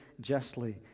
justly